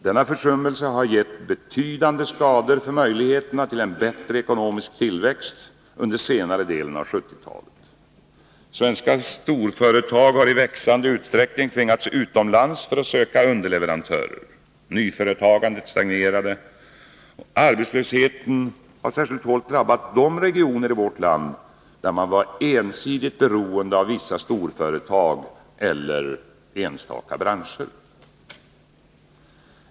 Denna försummelse har gett betydande skador på möjligheterna till en bättre ekonomisk tillväxt under senare delen av 1970-talet. Svenska storföretag har i växande utsträckning tvingats utomlands för att söka underleverantörer. Nyföretagandet stagnerade. Arbetslösheten har särskilt hårt drabbat de regioner i vårt land där man varit ensidigt beroende av vissa storföretag eller enstaka branscher.